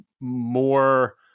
more